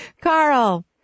carl